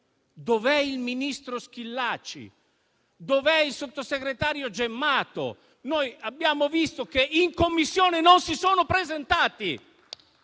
dov'è il ministro Schillaci, dov'è il sottosegretario Gemmato? Noi abbiamo visto che in Commissione non si sono presentati